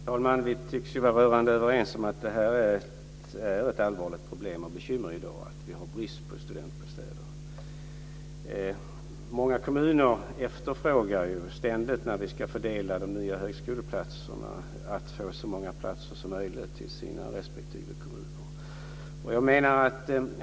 Fru talman! Vi tycks vara rörande överens om att bristen på studentbostäder är ett allvarligt problem och bekymmer i dag. Många kommuner efterfrågar ständigt, när de nya högskoleplatserna ska fördelas, så många platser som möjligt till respektive kommuner.